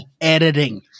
Editing